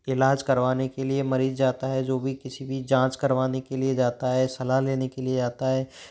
इलाज करवाने के लिए मरीज जाता है जो भी किसी भी जाँच करवाने के लिए जाता है सलाह लेने के लिए आता है